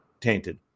tainted